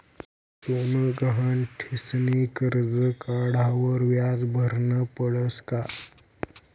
सोनं गहाण ठीसनी करजं काढावर व्याज भरनं पडस का?